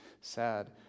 sad